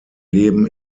leben